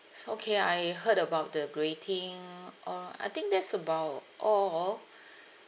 so okay I heard about the grading alri~ I think that's about all